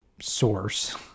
source